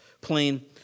Plain